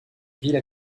ville